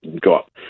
got